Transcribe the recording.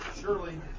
Surely